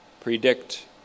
predict